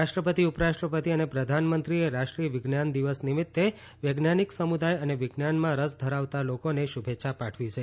રાષ્ટ્રપતિ ઉપરાષ્ટ્રપતિ અને પ્રધાનમંત્રીએ રાષ્ટ્રીય વિજ્ઞાન દિવસ નિમિત્ત વૈજ્ઞાનિક સમુદાય અને વિજ્ઞાનમા રસ ધરાવતા લોકોને શુભેચ્છા પાઠવી છે